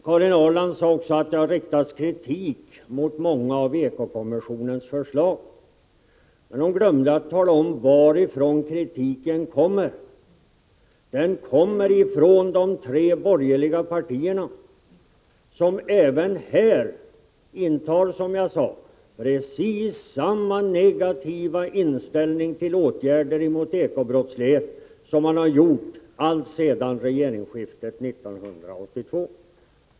Karin Ahrland sade också att det har riktats kritik mot många av ekokommissionens förslag. Men hon glömde att tala om varifrån kritiken kommer. Den kommer från de tre borgerliga partierna, som har — som jag sade — precis samma negativa inställning till åtgärder mot ekobrottslighet som man har haft alltsedan regeringsskiftet 1982.